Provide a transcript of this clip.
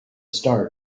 start